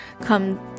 come